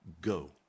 go